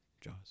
Jaws